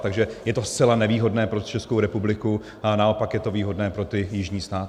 Takže je to zcela nevýhodné pro Českou republiku a naopak je to výhodné pro ty jižní státy.